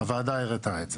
הוועדה הראתה את זה.